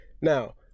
Now